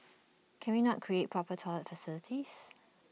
can we not create proper toilet facilities